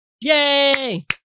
Yay